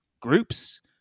groups